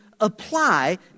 apply